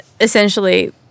essentially